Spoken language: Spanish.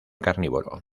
carnívoro